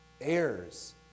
heirs